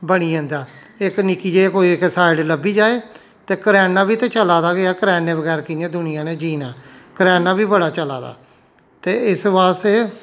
बनी जंदा इक निक्की जेही कोई इक साइड लब्भी जाए ते करयाना बी ते चला दा गे ऐ करयाने बगैर कि'यां दुनिया ने जीना करयाना बी बड़ा चला दा ते इस्स बास्ते